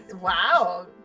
Wow